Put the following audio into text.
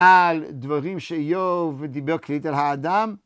על דברים שאיוב דיבר כללית על האדם.